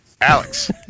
Alex